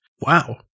Wow